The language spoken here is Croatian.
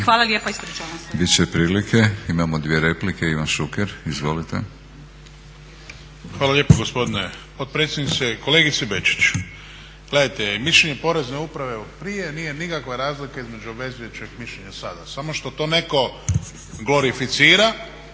Hvala lijepa. Ispričavam se.